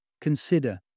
Consider